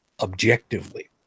objectively